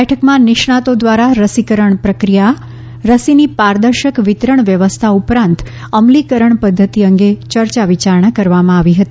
બેઠકમાં નિષ્ણાંતો દ્વારા રસીકરણ પ્રક્રિયા રસીની પારદર્શક વિતરણ વ્યવસ્થા ઉપરાંત અમલીકરણ પદ્ધતિ અંગે ચર્ચા વિચારણા કરવામાં આવી હતી